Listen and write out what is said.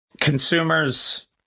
Consumers